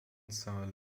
saint